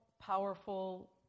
powerful